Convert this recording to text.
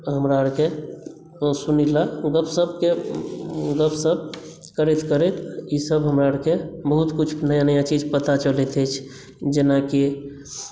हमरा आरके ओ सुने लेथि गपशपके गपसप करैत करैत ई सभ हमरा आरके बहुत किछु नया नया चीजसभ पता चलैत अछि जेनाकि